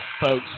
folks